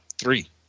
three